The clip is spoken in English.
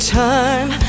time